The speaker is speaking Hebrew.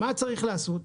מה צריך לעשות?